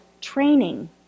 training